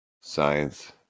Science